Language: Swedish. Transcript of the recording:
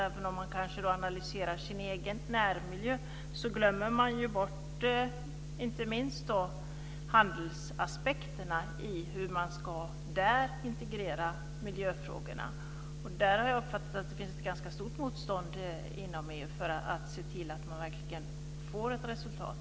Även om man analyserar sin egen närmiljö glömmer man bort hur man ska integrera miljöfrågorna inte minst på handelsområdet. Där har jag uppfattat att det finns ett ganska stort motstånd inom EU för att se till att man verkligen får ett resultat.